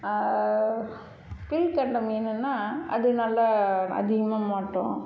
தில் கெண்டை மீன்ன்னா அது நல்லா அதிகமாக மாட்டும்